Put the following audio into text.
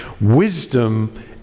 Wisdom